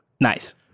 Nice